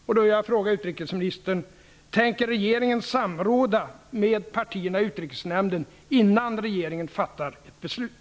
Jag vill då fråga utrikesministern om regeringen tänker samråda med partierna i Utrikesnämnden innan regeringen fattar ett beslut.